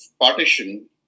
partition